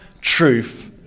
truth